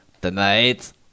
tonight